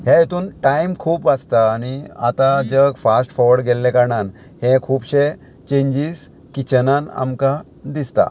हे हितून टायम खूब वाचता आनी आतां जग फास्ट फोवर्ड गेल्ले कारणान हे खुबशे चेंजीस किचनान आमकां दिसता